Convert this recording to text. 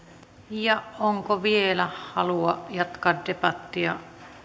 onko vielä halua jatkaa debattia